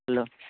hello